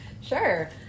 Sure